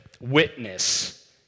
witness